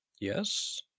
yes